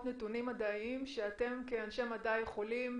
נתונים מדעיים שאתם כאנשי מדע יכולים